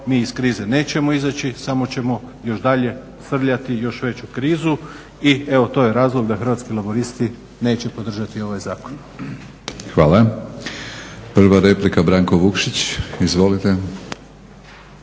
Hvala. Prva replika Branko Vukšić. Izvolite.